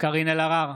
קארין אלהרר,